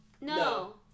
No